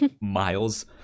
Miles